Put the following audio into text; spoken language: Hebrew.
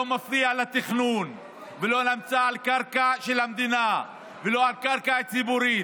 לא מפריע לתכנון ולא נמצא על קרקע של המדינה ולא על קרקע ציבורית.